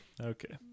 Okay